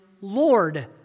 Lord